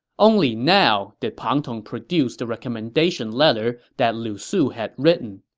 only now did pang tong produce the recommendation letter that lu su had written.